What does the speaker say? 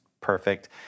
perfect